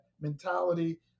mentality